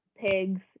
pigs